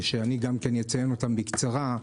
ושאני גם אציין בקצרה,